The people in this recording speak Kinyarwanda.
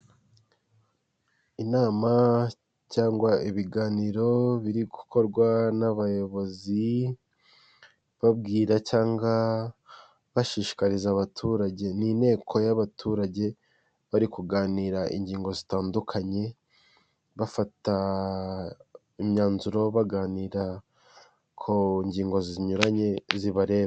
Inama cyangwa ibiganiro biri gukorwa n'abayobozi, babwira cyangwa bashishikariza abaturage n'inteko y'abaturage bari kuganira ingingo zitandukanye, bafata imyanzuro baganira ku ngingo zinyuranye zibareba.